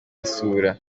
basura